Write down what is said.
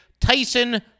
Tyson